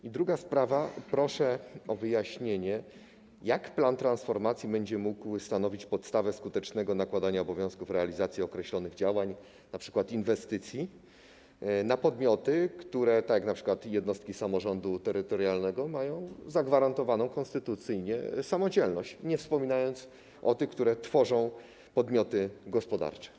I druga sprawa: proszę o wyjaśnienie, jak plan transformacji będzie mógł stanowić podstawę skutecznego nakładania obowiązków realizacji określonych działań np. inwestycji na podmioty, które, tak jak np. jednostki samorządu terytorialnego mają zagwarantowaną konstytucyjnie samodzielność, nie wspominając o tych, które tworzą podmioty gospodarcze.